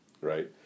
right